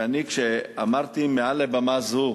ואני, כשאמרתי מעל במה זו,